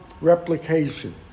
replication